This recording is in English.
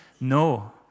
No